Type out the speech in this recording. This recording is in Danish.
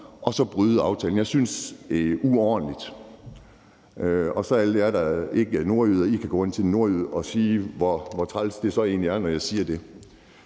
og så bryde aftalen. Jeg synes, det er uordentligt. Og så kan alle I, der ikke er nordjyder, gå hen til en nordjyde og spørge, hvor træls det så egentlig er, når jeg siger det.